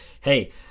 hey